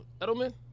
Edelman